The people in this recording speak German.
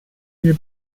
mir